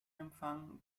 empfang